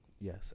Yes